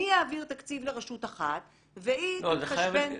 אני אעביר תקציב לרשות אחת והיא תתחשבן --- לא,